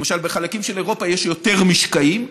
למשל בחלקים של אירופה, יש יותר משקעים,